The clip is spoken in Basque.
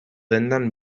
dendan